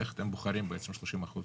איך אתם בוחרים בעצם 30%?